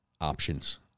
Options